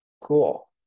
Cool